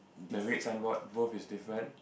the red signboard both is different